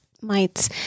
mites